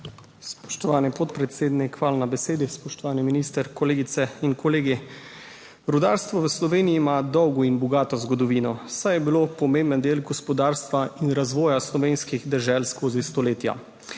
Spoštovani podpredsednik, hvala za besedo. Spoštovani minister, kolegice in kolegi! Rudarstvo v Sloveniji ima dolgo in bogato zgodovino, saj je bilo pomemben del gospodarstva in razvoja slovenskih dežel skozi stoletja.